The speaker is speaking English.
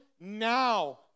now